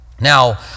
Now